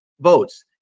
votes